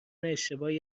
اشتباهی